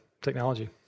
technology